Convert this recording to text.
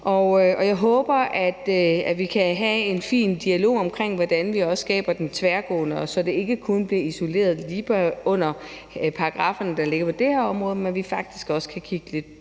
og jeg håber, at vi kan have en fin dialog om, hvordan vi skaber den tværgående, så det ikke kun bliver isoleret lige under paragrafferne, der ligger på det her område, men at vi faktisk også kan kigge lidt